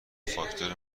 فاکتور